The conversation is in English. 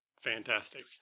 Fantastic